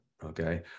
Okay